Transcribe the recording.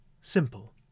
Simple